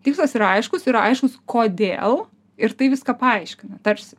tikslas yra aiškus yra aiškus kodėl ir tai viską paaiškina tarsi